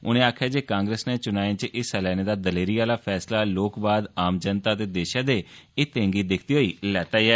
उनें आक्खेया जे कांग्रेस नै चुनांये च हिस्सा लैने दा दलेरी आहला फैसला लोकवाद आम जनता ते देशै दे हितें गी दिक्खदे होई लैता ऐ